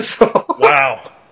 Wow